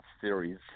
series